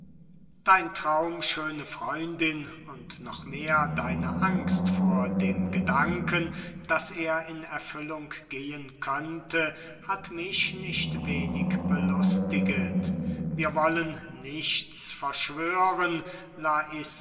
dein traum schöne freundin und noch mehr deine angst vor dem gedanken daß er in erfüllung gehen könnte hat mich nicht wenig belustigst wir wollen nichts verschwören